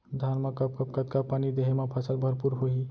धान मा कब कब कतका पानी देहे मा फसल भरपूर होही?